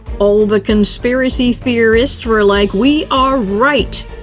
all the conspiracy theorists were like we are right!